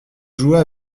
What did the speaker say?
jouait